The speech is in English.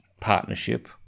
partnership